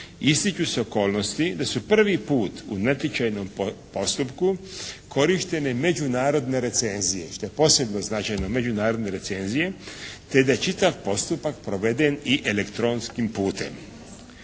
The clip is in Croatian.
ističu se okolnosti da su prvi put u natječajnom postupku korištene međunarodne recenzije što je posebno značajno, međunarodne recenzije te da je čitav postupak proveden i elektronskim putem.